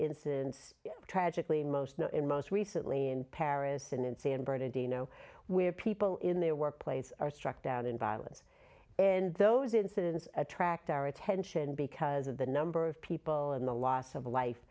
incidents tragically most not in most recently in paris and in san bernadino where people in their workplace are struck down in violence and those incidents attract our attention because of the number of people and the loss of life